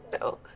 No